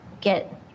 get